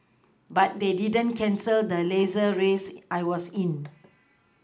but they didn't cancel the Laser race I was in